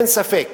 אין ספק